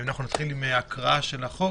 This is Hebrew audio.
אנחנו נתחיל עם הקראה של החוק.